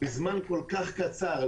בזמן כל-כך קצר,